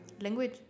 Language